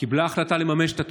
קיבלה החלטה לממש את התוכנית.